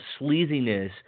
sleaziness